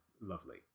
lovely